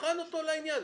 ונבחן אותו לעניין.